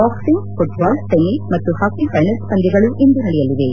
boxing football tennis ಮತ್ತು hockey finals ಪಂದ್ವಗಳು ಇಂದು ನಡೆಯಲಿವೆ